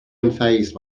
unfazed